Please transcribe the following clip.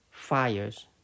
Fires